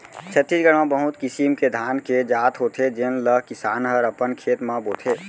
छत्तीसगढ़ म बहुत किसिम के धान के जात होथे जेन ल किसान हर अपन खेत म बोथे